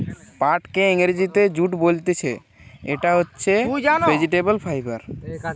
পাটকে ইংরেজিতে জুট বলতিছে, ইটা হচ্ছে একটি ভেজিটেবল ফাইবার